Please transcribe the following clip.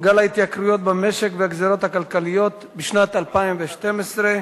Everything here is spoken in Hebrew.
גל ההתייקרויות במשק והגזירות הכלכליות בשנת 2012,